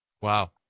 Wow